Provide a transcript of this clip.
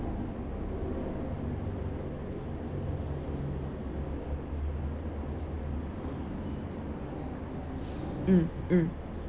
mm mm